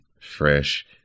fresh